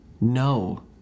No